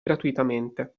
gratuitamente